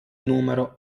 numero